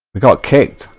but got kicked